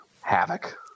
havoc